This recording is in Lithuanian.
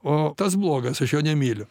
o tas blogas aš jo nemyliu